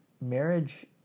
marriage